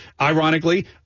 ironically